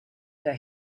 der